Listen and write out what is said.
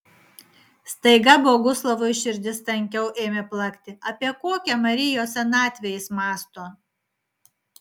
staiga boguslavui širdis tankiau ėmė plakti apie kokią marijos senatvę jis mąsto